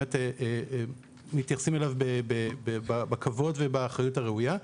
באמת מתייחסים אליו בכבוד ובאחריות הראויה.